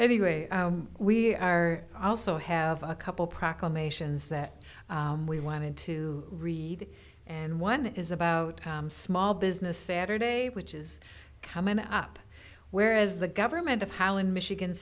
anyway we are also have a couple proclamations that we wanted to read and one is about small business saturday which is coming up whereas the government of how in michigan